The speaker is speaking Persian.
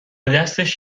دستش